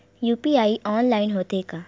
UPI online होथे का?